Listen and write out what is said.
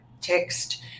text